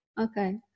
Okay